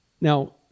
Now